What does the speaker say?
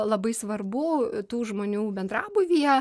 labai svarbu tų žmonių bendrabūvyje